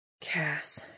Cass